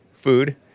food